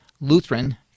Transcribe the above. Lutheran